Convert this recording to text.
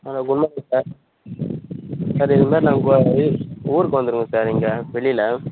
ஹல good morning sir sir இதுமாதிரி நாங்கள் ஊருக்கு வந்துருகோம் சார் இங்கே வெளியில்